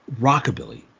Rockabilly